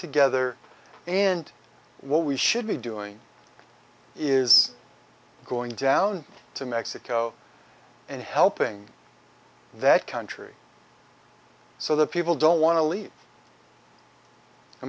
together and what we should be doing is going down to mexico and helping that country so the people don't want to leave i